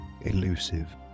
elusive